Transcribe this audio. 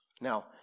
Now